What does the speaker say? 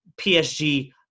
PSG